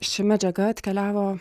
ši medžiaga atkeliavo